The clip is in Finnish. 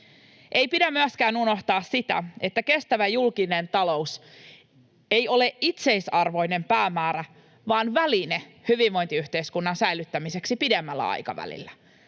Ei pidä myöskään unohtaa sitä, että kestävä julkinen talous ei ole itseisarvoinen päämäärä vaan väline hyvinvointiyhteiskunnan säilyttämiseksi pidemmällä aikavälillä